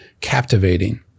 captivating